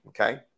Okay